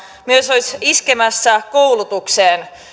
olisi iskemässä myös koulutukseen